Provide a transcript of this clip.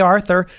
Arthur